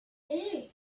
hey